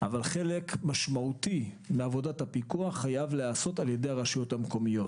אבל חלק משמעותי מעבודת הפיקוח חייב להיעשות על ידי הרשויות המקומיות.